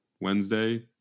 Wednesday